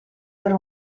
per